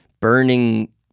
burning